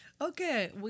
Okay